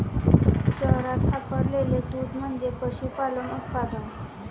शहरात सापडलेले दूध म्हणजे पशुपालन उत्पादन